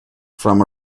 from